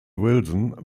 wilson